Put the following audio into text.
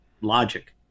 logic